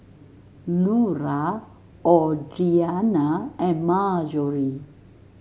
Lura Audriana and Marjorie